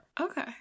Okay